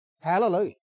Hallelujah